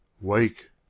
Wake